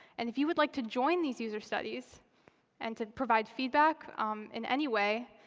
and if you would like to join these user studies and to provide feedback in any way,